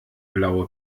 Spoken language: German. blaue